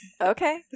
Okay